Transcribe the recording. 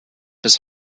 bis